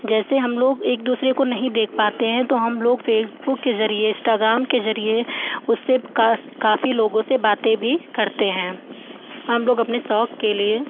जैसे हम लोग एक दूसरे को नहीं देख पाते हैं तो हम लोग फ़ेसबुक के जरिए इस्टाग्राम के जरिए उससे काश काफ़ी लोगों से बातें भी करते हैं हम लोग अपने शौक के लिए